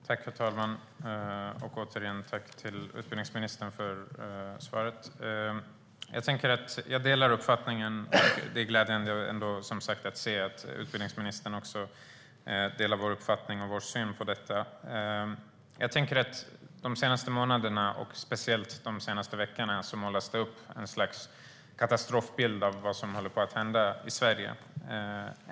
Herr talman! Tack återigen till utbildningsministern för svaret! Det är glädjande att se att utbildningsministern delar vår uppfattning och vår syn på detta. De senaste månaderna och speciellt de senaste veckorna målas det upp ett slags katastrofbild av vad som håller på att hända i Sverige.